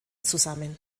zusammen